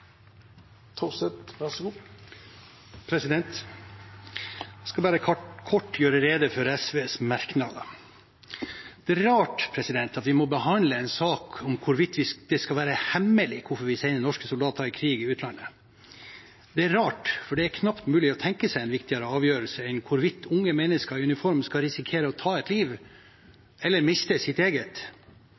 skal bare kort gjøre rede for SVs merknader. Det er rart at vi må behandle en sak om hvorvidt det skal være hemmelig hvorfor vi sender norske soldater til krig i utlandet. Det er rart, for det er knapt mulig å tenke seg en viktigere avgjørelse enn hvorvidt unge mennesker i uniform skal risikere å ta et liv eller miste sitt eget.